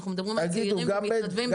אנחנו מדברים על צעירים ומתנדבים.